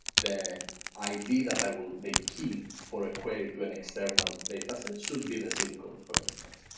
the id that i will the key for a query to an external dataset should be the zip code, for instance,